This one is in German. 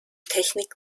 technik